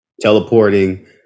Teleporting